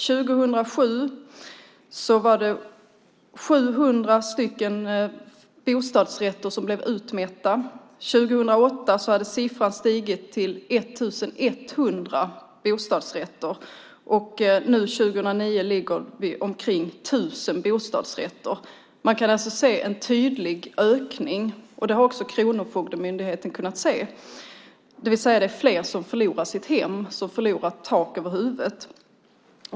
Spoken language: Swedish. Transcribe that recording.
2007 var det 700 bostadsrätter som blev utmätta. 2008 hade siffran stigit till 1 100 bostadsrätter. Och 2009 ligger vi på omkring 1 000 bostadsrätter. Man kan alltså se en tydlig ökning. Det har också Kronofogdemyndigheten kunnat se. Det är alltså fler som förlorar sitt hem, som förlorar tak över huvudet.